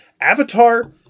Avatar